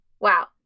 Wow